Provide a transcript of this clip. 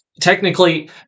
Technically